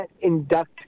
induct